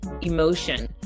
emotion